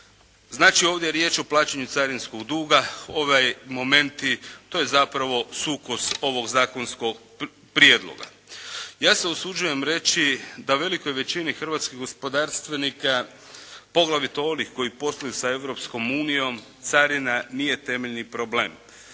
Znači, ovdje je riječ o plaćanju carinskog duga. Ovi momenti, to je zapravo sukus ovog zakonskog prijedloga. Ja se usuđujem reći da velikoj većini hrvatskih gospodarstvenika poglavito onih koji posluju sa Europskom unijom carina nije temeljni problem.